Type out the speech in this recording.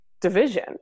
division